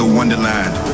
Wonderland